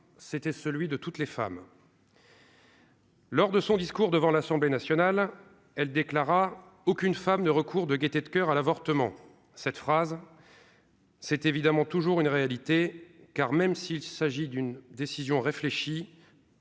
c'était celui de toutes les femmes. Lors de son discours devant l'Assemblée nationale, elle déclara aucune femme ne recourt de gaieté de coeur à l'avortement, cette phrase. C'est évidemment toujours une réalité car même s'il s'agit d'une décision réfléchie.